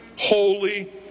holy